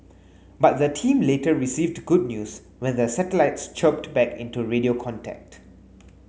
but the team later received good news when the satellites chirped back into radio contact